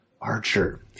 Archer